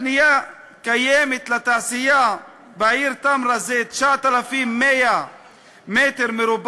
בנייה קיימת לתעשייה בעיר תמרה זה 9,100 מ"ר,